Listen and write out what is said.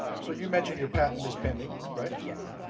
so you mentioned your patent is pending, right? yes.